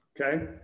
okay